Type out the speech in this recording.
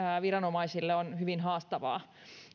viranomaisille hyvin haastavaa